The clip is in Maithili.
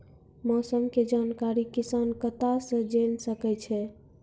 मौसम के जानकारी किसान कता सं जेन सके छै?